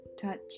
touch